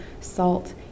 salt